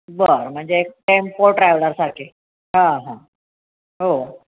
बरं म्हणजे एक टेम्पो ट्रॅव्हलरसारखे हां हां हो